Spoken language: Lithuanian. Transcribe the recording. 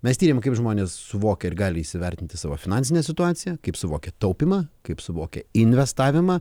mes tyrėm kaip žmonės suvokia ir gali įsivertinti savo finansinę situaciją kaip suvokia taupymą kaip suvokia investavimą